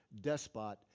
despot